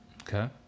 Okay